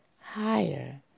higher